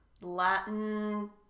latin